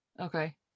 Okay